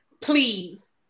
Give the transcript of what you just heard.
Please